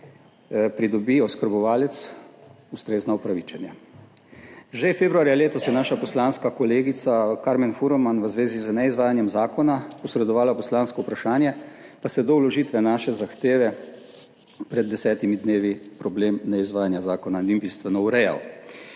pridobi oskrbovalec ustrezno upravičenje. Že februarja letos je naša poslanska kolegica Karmen Furman v zvezi z neizvajanjem zakona posredovala poslansko vprašanje, pa se do vložitve naše zahteve pred desetimi dnevi problem neizvajanja zakona ni bistveno urejal.